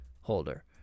holder